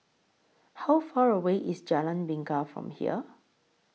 How Far away IS Jalan Bingka from here